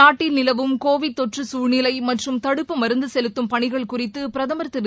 நாட்டில் நிலவும் கோவிட் தொற்றகுழ்நிலைமற்றும் தடுப்பு மருந்துசெலுத்தும் பணிகள் குறித்தபிரதமா் திரு